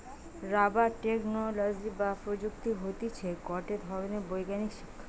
rubber technology বা প্রযুক্তি হতিছে গটে ধরণের বৈজ্ঞানিক শিক্ষা